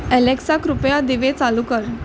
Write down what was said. Alexa कृपया दिवे चालू कर